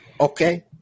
Okay